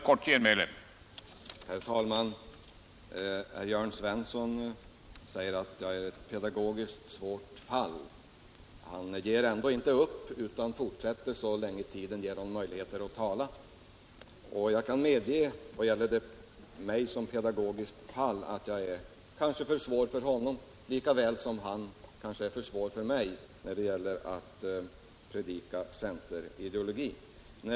Herr talman! Jörn Svensson säger att jag är ett pedagogiskt svårt fall, men han ger ändå inte upp utan fortsätter så länge tiden ger honom möjlighet att tala. När det gäller mig som pedagogiskt fall kan jag medge att jag kanske är för svår för honom, liksom han kanske är för svår för mig då det gäller centerideologi.